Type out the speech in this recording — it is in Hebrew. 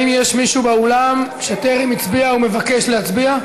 האם יש מישהו באולם שטרם הצביע ומבקש להצביע?